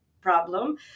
Problem